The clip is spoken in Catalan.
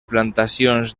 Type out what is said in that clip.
plantacions